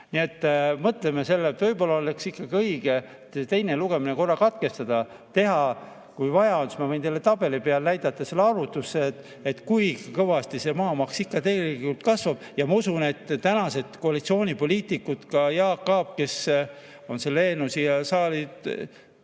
Mõtleme sellele, et võib-olla oleks ikkagi õige teine lugemine katkestada. Kui vaja on, siis ma võin teile tabeli peal näidata selle arvutuse, et kui kõvasti see maamaks ikka tegelikult kasvab. Ja ma usun, et tänased koalitsioonipoliitikud, ka Jaak Aab, kes on selle eelnõu siia saali